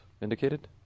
Indicated